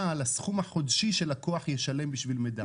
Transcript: על הסכום החודשי שלקוח ישלם בשביל מידע.